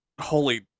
holy